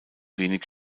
wenig